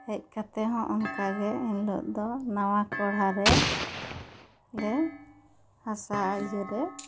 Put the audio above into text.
ᱦᱮᱡ ᱠᱟᱛᱮᱜ ᱦᱚᱸ ᱚᱱᱠᱟ ᱜᱮ ᱤᱱ ᱦᱤᱞᱚᱜ ᱫᱚ ᱱᱟᱣᱟ ᱠᱚᱨᱦᱟᱭ ᱨᱮ ᱞᱮ ᱦᱟᱥᱟ ᱤᱭᱟᱹᱨᱮ